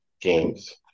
games